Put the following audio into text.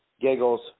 Giggles